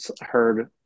heard